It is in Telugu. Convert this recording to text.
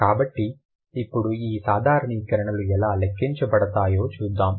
కాబట్టి ఇప్పుడు ఈ సాధారణీకరణలు ఎలా లెక్కించబడతాయో చూద్దాం